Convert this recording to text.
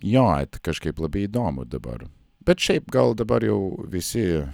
jo kažkaip labai įdomu dabar bet šiaip gal dabar jau visi